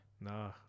Nah